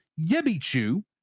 Yebichu